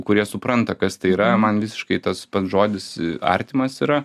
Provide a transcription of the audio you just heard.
kurie supranta kas tai yra man visiškai tas pats žodis artimas yra